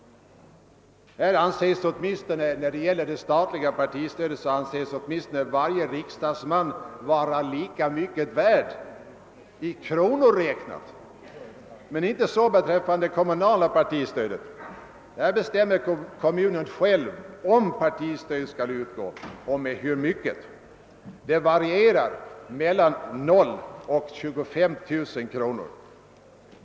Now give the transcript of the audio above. När det gäller det statliga partistödet anses åtminstone varje folkvald vara lika mycket värd i kronor räknat, men inte så beträffande det kommunala partistödet. Kommunen bestämmer själv om partistöd skall utgå och med hur mycket; det varierar mellan 0 och 25 000 kr.